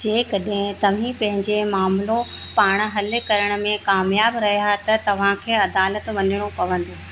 जेकॾहिं तव्हीं पंहिंजे मामलो पाण हल करण में कामियाबु रहिया त तव्हांखे अदालत वञणो पवंदो